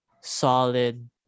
solid